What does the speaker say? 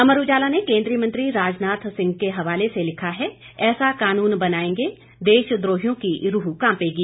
अमर उजाला ने केंद्रीय मंत्री राजनाथ सिंह के हवाले से लिखा है ऐसा कानून बनाएंगे देशद्रोहियों की रूह कांपेगी